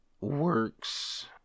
works